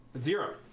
Zero